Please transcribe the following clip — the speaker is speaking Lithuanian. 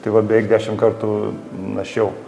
tai va beveik dešimt kartų našiau